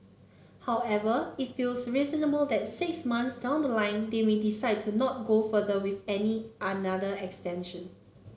however it feels reasonable that six months down the line they may decide to not go further with any another extension